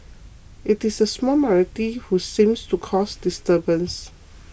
it is a small minority who seem to cause disturbance